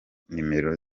nimero